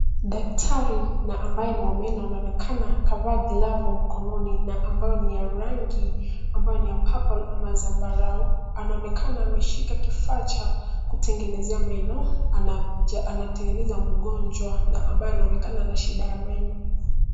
Daktari na ambaye ni wa meno anaonekana kavaa glavu mkononi na ambayo ni ya purple ama zambarau. Anaonekana ameshika kifaa cha kutengenezea meno anatengeneza mgonjwa na mbaye anaonekana ana shida ya meno.